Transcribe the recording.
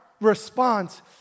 response